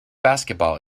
basketball